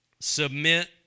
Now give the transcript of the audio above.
Submit